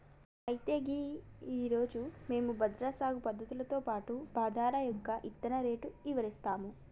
అయితే గీ రోజు మేము బజ్రా సాగు పద్ధతులతో పాటు బాదరా యొక్క ఇత్తన రేటు ఇవరిస్తాము